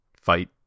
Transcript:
fight